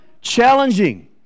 challenging